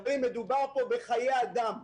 שמדובר פה בחיי אדם.